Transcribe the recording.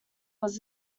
was